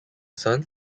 son